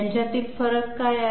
त्यांच्यातील फरक काय आहेत